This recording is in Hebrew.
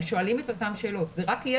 הם שואלים את אותן שאלות אלא זה רק יהיה